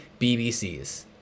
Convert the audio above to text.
BBCs